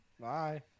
bye